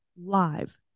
live